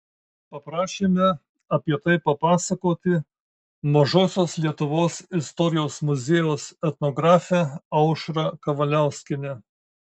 paprašėme apie tai papasakoti mažosios lietuvos istorijos muziejaus etnografę aušrą kavaliauskienę